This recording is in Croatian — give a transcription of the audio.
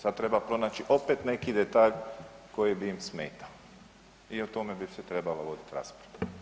Sad treba pronaći opet neki detalj koji bi im smetao i o tome bi se trebala vodit rasprava.